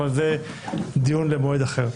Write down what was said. אבל זה דיון למועד אחר.